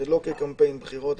ולא לקמפיין בחירות.